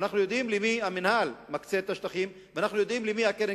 ואנחנו יודעים למי המינהל מקצה את השטחים ולמי הקרן